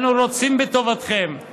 אנו רוצים בטובתכם,